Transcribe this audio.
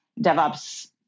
DevOps